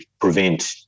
prevent